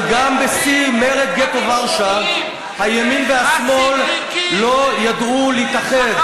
אבל גם בשיא מרד גטו ורשה הימין והשמאל לא ידעו להתאחד.